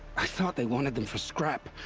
i thought they wanted them for scrap.